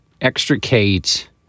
extricate